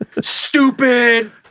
stupid